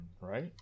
right